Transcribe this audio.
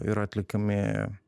yra atliekami